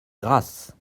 grasse